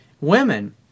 women